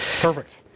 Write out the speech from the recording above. Perfect